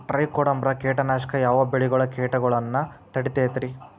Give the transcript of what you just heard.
Trichoderma ಕೇಟನಾಶಕ ಯಾವ ಬೆಳಿಗೊಳ ಕೇಟಗೊಳ್ನ ತಡಿತೇತಿರಿ?